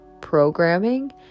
programming